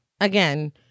Again